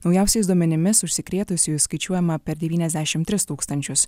naujausiais duomenimis užsikrėtusiųjų skaičiuojama per devyniasdešim tris tūkstančius